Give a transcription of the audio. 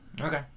Okay